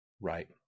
Right